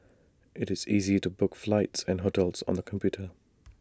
IT is easy to book flights and hotels on the computer